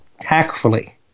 tactfully